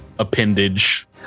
Appendage